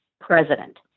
president